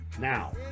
Now